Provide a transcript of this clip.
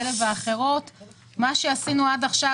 עד עכשיו,